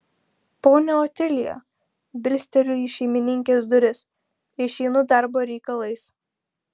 ponia otilija bilsteliu į šeimininkės duris išeinu darbo reikalais